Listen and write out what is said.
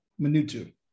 Minutu